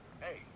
Hey